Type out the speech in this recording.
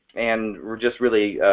and we're just really